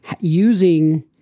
using